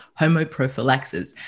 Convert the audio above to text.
homoprophylaxis